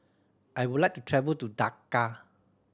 I would like to travel to Dakar